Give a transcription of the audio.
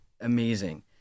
amazing